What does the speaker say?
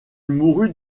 mourut